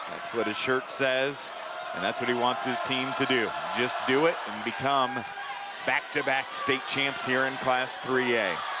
what his shirt says and that's what he wants his team do, just do it and become back-to-back state champs here in class three a.